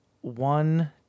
One